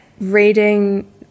reading